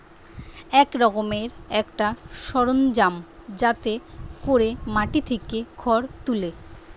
এক রকমের একটা সরঞ্জাম যাতে কোরে মাটি থিকে খড় তুলে